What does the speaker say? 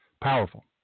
Powerful